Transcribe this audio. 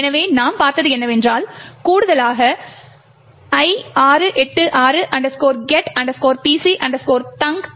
எனவே நாம் பார்ப்பது என்னவென்றால் கூடுதலாக i686 get pc thunk